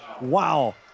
Wow